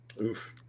Oof